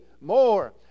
more